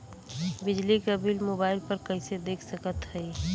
बिजली क bill mobile पर कईसे देख सकत हई?